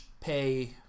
pay